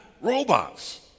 robots